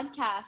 Podcast